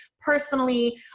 personally